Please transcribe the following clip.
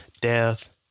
death